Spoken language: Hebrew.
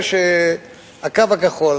התברר ש"הקו הכחול",